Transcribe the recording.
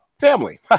Family